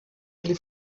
ele